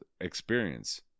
experience